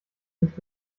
nicht